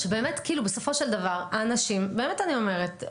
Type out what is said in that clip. שבאמת בסופו של דבר האנשים באמת אני אומרת,